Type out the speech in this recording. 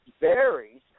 varies